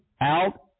out